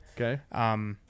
Okay